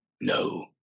no